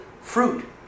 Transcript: fruit